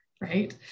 Right